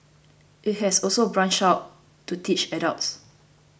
it has also branched out to teach adults